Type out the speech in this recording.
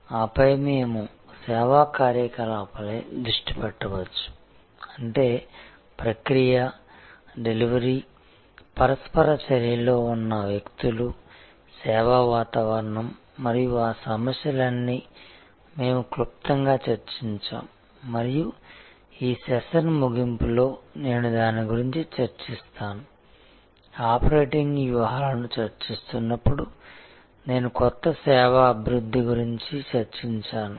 png ఆపై మేము సేవా కార్యకలాపాలపై దృష్టి పెట్టవచ్చు అంటే ప్రక్రియ డెలివరీ పరస్పర చర్యలో ఉన్న వ్యక్తులు సేవా వాతావరణం మరియు ఆ సమస్యలన్నీ మేము క్లుప్తంగా చర్చించాము మరియు ఈ సెషన్ ముగింపులో నేను దాని గురించి చర్చిస్తాను ఆపరేటింగ్ వ్యూహాలను చర్చిస్తున్నప్పుడు నేను కొత్త సేవా అభివృద్ధి గురించి చర్చించాను